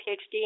PhD